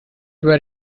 where